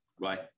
Right